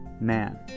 man